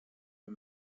eux